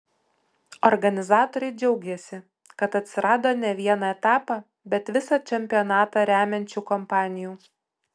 organizatoriai džiaugiasi kad atsirado ne vieną etapą bet visą čempionatą remiančių kompanijų